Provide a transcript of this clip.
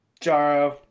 Jaro